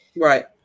Right